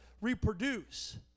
reproduce